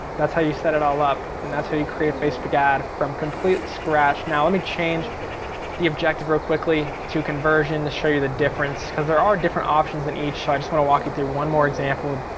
that's how you set it all up and that's how you create a facebook ad from complete scratch. now let me change the objective real quickly to conversion to show you the difference. cause there are different options in each, so i just want to walk you through one more example.